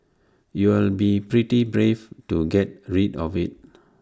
you'll be pretty brave to get rid of IT